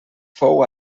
fou